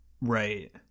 right